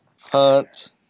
Hunt